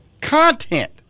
content